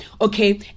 okay